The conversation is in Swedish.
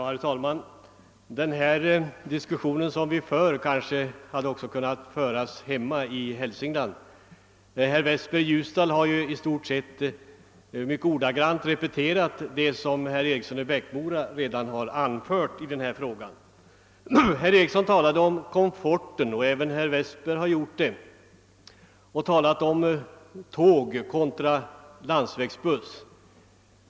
Herr talman! Denna diskussion hade kanske lika väl kunnat föras hemma i Hälsingland. Herr Westberg i Ljusdal har nästan ordagrant repeterat det som herr Eriksson i Bäckmora redan anfört i denna fråga. Herr Eriksson liksom även herr Westberg talade om komforten på tåg respektive landsvägsbuss.